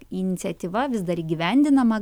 iniciatyva vis dar įgyvendinama